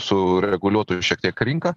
sureguliuotų šiek tiek rinką